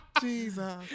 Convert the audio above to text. Jesus